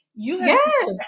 Yes